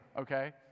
okay